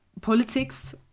politics